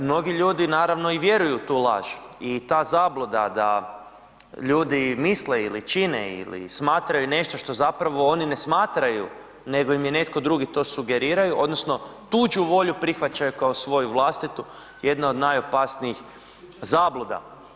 Mnogi ljudi naravno i vjeruju u tu laž i ta zabluda da ljudi misle ili čine ili smatraju nešto što zapravo oni ne smatraju nego im je netko drugi to sugerirao odnosno tuđu volju prihvaćaju kao svoju vlastitu, jedna od najopasnijih zabluda.